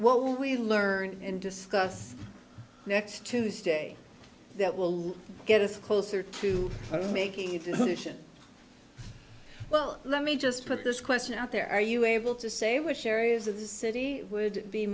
what will we learn and discuss next tuesday that will get us closer to making a decision well let me just put this question out there are you able to say which areas of the city would be